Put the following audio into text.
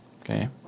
okay